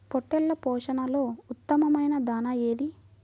పొట్టెళ్ల పోషణలో ఉత్తమమైన దాణా ఏది?